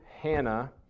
Hannah